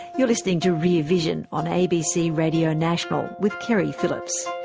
you're listening to rear vision on abc radio national with keri phillips.